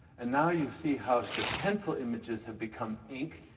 and now you see how the pencil images have become ink,